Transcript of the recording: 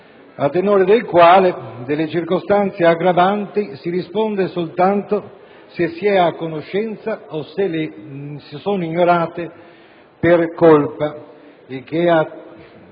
a tenore del quale delle circostanze aggravanti si risponde soltanto se se ne è a conoscenza o se si sono ignorate per colpa, il che dà